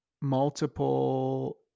multiple